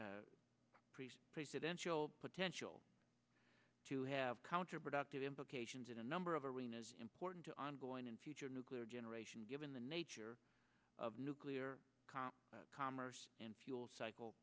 presidential potential to have counterproductive implications in a number of the rain is important to ongoing and future nuclear generation given the nature of nuclear commerce and fuel cycle